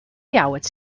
ljouwert